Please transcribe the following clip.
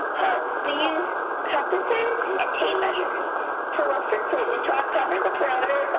we used compasses and tape measures to look for clues to ah uncover the perimeter